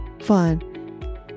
fun